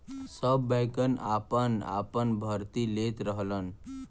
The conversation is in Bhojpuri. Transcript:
सब बैंकन आपन आपन भर्ती लेत रहलन